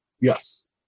Yes